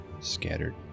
scattered